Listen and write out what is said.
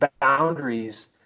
boundaries